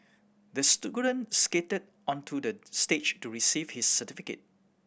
the skated onto the stage to receive his certificate